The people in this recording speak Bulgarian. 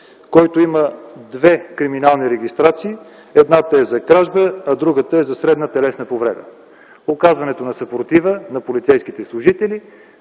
има две криминални регистрации – едната е за кражба, а другата е за средна телесна повреда. Оказана е съпротива на полицейските служители.